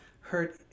hurt